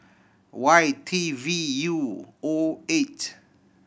Y T V U O eight